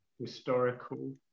historical